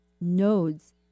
nodes